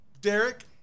Derek